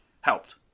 helped